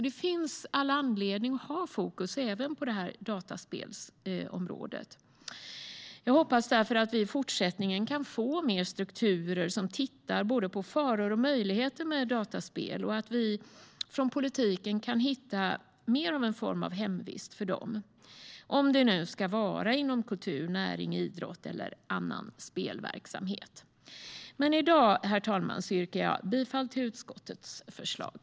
Det finns alltså all anledning att ha fokus även på det här dataspelsområdet. Jag hoppas därför att vi i fortsättningen kan få fler strukturer som tittar på både faror och möjligheter med dataspel och att vi från politiken kan hitta någon form av hemvist för dem, om det nu ska vara inom kultur, näring, idrott eller annan spelverksamhet. Men i dag, herr talman, yrkar jag bifall till utskottets förslag.